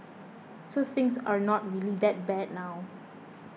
so things are not really that bad now